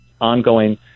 ongoing